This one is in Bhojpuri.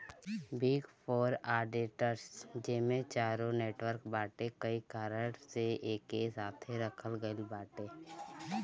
बिग फोर ऑडिटर्स जेमे चारो नेटवर्क बाटे कई कारण से एके साथे रखल गईल बाटे